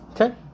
Okay